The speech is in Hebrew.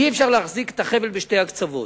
אי-אפשר להחזיק את החבל בשתי הקצוות.